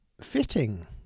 fitting